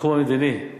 בתחום המדיני,